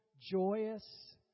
joyous